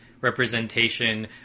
representation